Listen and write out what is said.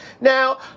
Now